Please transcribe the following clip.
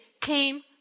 came